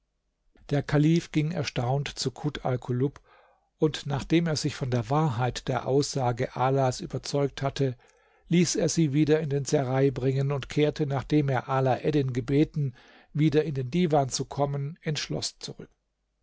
der kalif ging erstaunt zu kut alkulub und nachdem er sich von der wahrheit der aussage alas überzeugt hatte ließ er sie wieder in den serail bringen und kehrte nachdem er ala eddin gebeten wieder in den divan zu kommen ins schloß zurück